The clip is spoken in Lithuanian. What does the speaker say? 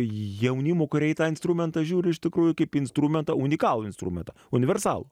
jaunimo kurie į tą instrumentą žiūri iš tikrųjų kaip instrumentą unikalų instrumentą universalų